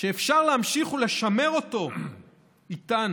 שאפשר להמשיך ולשמר אותו איתנו.